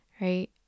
right